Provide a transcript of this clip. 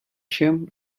się